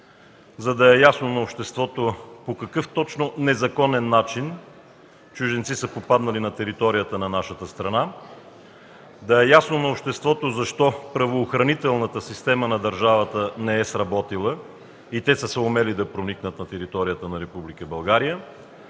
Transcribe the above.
за да е ясно на обществото по какъв точно незаконен начин чужденци са попаднали на територията на нашата страна, да е ясно на обществото защо правоохранителната система на държавата не е сработила и те са съумели да проникнат на територията на